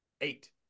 Eight